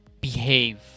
behave